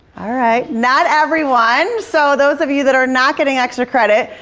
all right, not everyone. so those of you that are not getting extra credit,